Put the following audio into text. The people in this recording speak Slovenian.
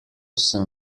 sem